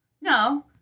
No